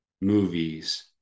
movies